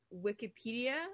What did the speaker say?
wikipedia